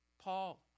Paul